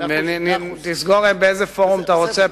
באיזה פורום אתה רוצה,